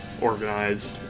organized